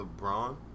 LeBron